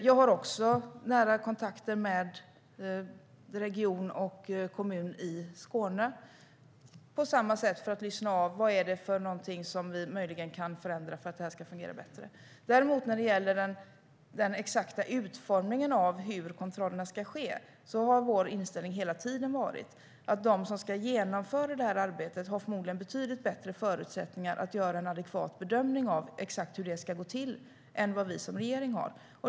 Jag har på samma sätt nära kontakter med region och kommun i Skåne för att lyssna av: Vad är det för någonting som vi möjligen kan förändra för att det här ska fungera bättre? När det däremot gäller den exakta utformningen av hur kontrollerna ska ske har vår inställning hela tiden varit: De som ska genomföra arbetet har förmodligen betydligt bättre förutsättningar att göra en adekvat bedömning av exakt hur det ska gå till än vad vi som regering har.